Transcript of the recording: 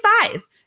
five